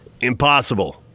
Impossible